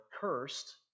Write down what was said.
cursed